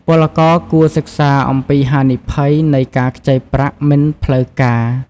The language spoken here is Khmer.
ពលករគួរសិក្សាអំពីហានិភ័យនៃការខ្ចីប្រាក់មិនផ្លូវការ។